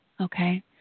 Okay